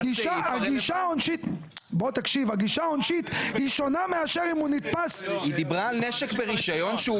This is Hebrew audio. הגישה העונשית היא שונה אם הוא נתפס --- היא דיברה על נשק ברישיון.